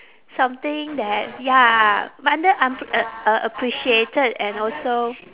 something that ya under~ un~ uh appreciated and also